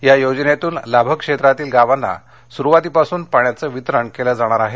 या योजनेतन लाभक्षेत्रातील गावांना सुरुवातीपासन पाण्याचे वितरण केले जाणार आहे